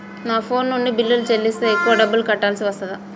నా ఫోన్ నుండి బిల్లులు చెల్లిస్తే ఎక్కువ డబ్బులు కట్టాల్సి వస్తదా?